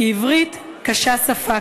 כי "עברית קשה שפה",